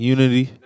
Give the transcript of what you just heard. Unity